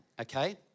Okay